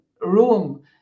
room